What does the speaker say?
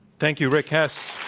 thank you, rick hess.